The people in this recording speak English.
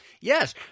yes